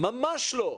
ממש לא.